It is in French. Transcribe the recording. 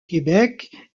québec